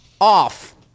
off